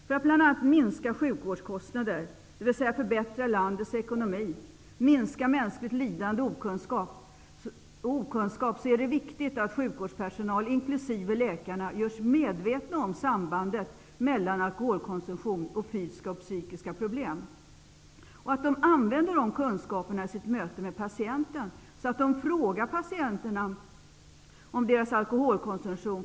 För att bl.a. minska sjukvårdskostnader, dvs. förbättra landets ekonomi, minska mänskligt lidande och okunskap är det viktigt att sjukvårdspersonal, inkl. läkarna, görs medvetna om sambandet mellan alkoholkonsumtion och fysiska och psykiska problem. Det är viktigt att de använder de kunskaperna i sitt möte med patienterna, så att de frågar patienterna om deras alkoholkonsumtion.